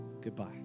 Goodbye